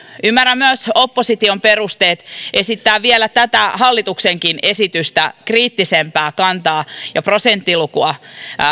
ymmärrän myös opposition perusteet esittää vielä tätä hallituksenkin esitystä kriittisempää kantaa ja prosenttilukua